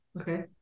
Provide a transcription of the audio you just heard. okay